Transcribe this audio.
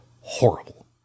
horrible